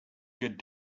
good